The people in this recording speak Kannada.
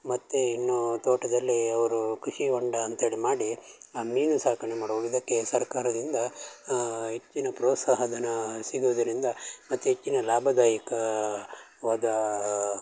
ಮತ್ತು ಇನ್ನು ತೋಟದಲ್ಲಿ ಅವರು ಕೃಷಿ ಹೊಂಡ ಅಂತ್ಹೇಳಿ ಮಾಡಿ ಆ ಮೀನು ಸಾಕಣೆ ಮಾಡ್ಬೋದು ಇದಕ್ಕೆ ಸರ್ಕಾರದಿಂದ ಹೆಚ್ಚಿನ ಪ್ರೋತ್ಸಾಹಧನ ಸಿಗುವುದರಿಂದ ಮತ್ತು ಹೆಚ್ಚಿನ ಲಾಭದಾಯಕವಾದ